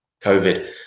COVID